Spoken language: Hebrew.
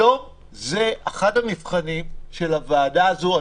היום זה אחד המבחנים של הוועדה הזו.